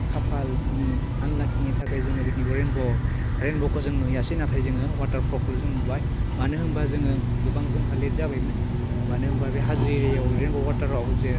खाफालनि आनलाकिनि थाखाय जोङो बे रेइनब' रेइनब'खौ जों नुहैयासै नाथाय जोङो वाटार फलखौ जों नुबाय मानो होनबा जोङो गोबां जोंहा लेट जाबायमोन मानो होनबा बे हाजो एरियायाव रेइनब' वाटाराव जे